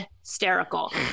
hysterical